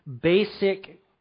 basic